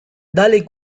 dale